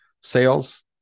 Sales